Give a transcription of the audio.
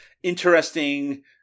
Interesting